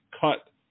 cut